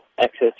access